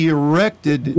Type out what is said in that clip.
erected